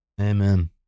amen